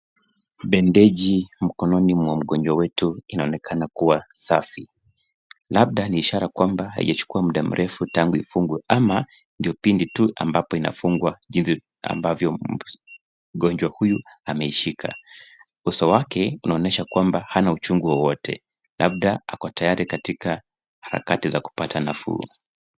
Bendeji mkononi mwa mgonjwa wetu inaonekana kuwa safi. Labda ni ishara kwamba haijachukua muda mrefu tangu ifungwe ama ndio pindi tu ambapo inafungwa jinsi ambavyo mgonjwa huyu ameishika. Uso wake unaonyesha kwamba hana uchungu wowote, labda ako tayari katika harakati za kupata nafuu.